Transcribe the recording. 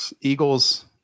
Eagles